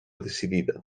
decidida